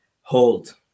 hold